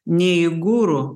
ne į guru